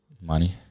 money